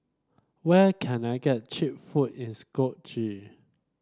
where can I get cheap food in Skopje